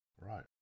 Right